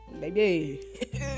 baby